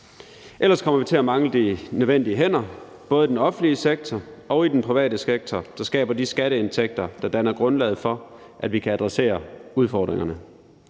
Ellers kommer vi til at mangle de nødvendige hænder, både i den offentlige sektor og i den private sektor, der skaber de skatteindtægter, der danner grundlaget for, at vi kan adressere udfordringerne.